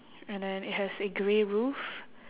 and then it has a grey roof